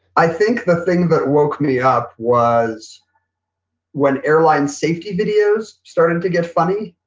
i think the thing that woke me up was when airline safety videos started to get funny.